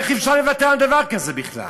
איך אפשר לוותר על דבר כזה בכלל?